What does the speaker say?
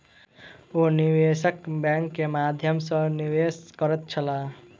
ओ निवेशक बैंक के माध्यम सॅ निवेश करैत छलाह